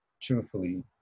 truthfully